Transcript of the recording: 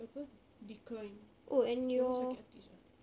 apa decline because I get a